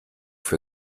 für